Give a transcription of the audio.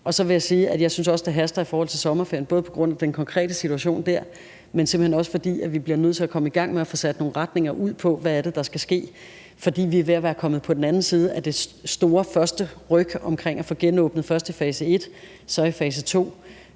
Så vil jeg sige, at jeg også synes, det haster i forhold til sommerferien, både på grund af den konkrete situation, men simpelt hen også fordi vi bliver nødt til at komme i gang med at få sat nogle retninger på, hvad det er, der skal ske, fordi vi er ved at være kommet på den anden side af det store første ryk omkring at få genåbnet, først i fase et og så i fase to.